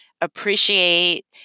appreciate